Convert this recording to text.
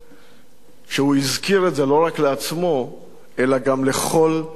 שהוא הזכיר את זה לא רק לעצמו אלא גם לכל הסובבים אותו.